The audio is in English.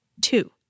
Two